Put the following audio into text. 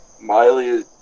Miley